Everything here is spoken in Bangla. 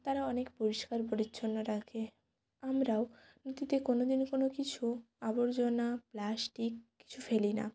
তারা অনেক পরিষ্কার পরিচ্ছন্ন রাখে আমরাও নদীতে কোনোদিনও কোনো কিছু আবর্জনা প্লাস্টিক কিছু ফেলি না